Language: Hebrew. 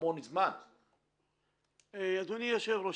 אדוני היושב-ראש,